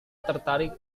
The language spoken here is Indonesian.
tertarik